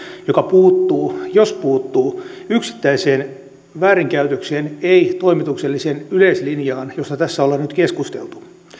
joka puuttuu jos puuttuu yksittäiseen väärinkäytökseen ei toimitukselliseen yleislinjaan josta tässä ollaan nyt keskusteltu